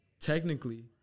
technically